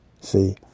See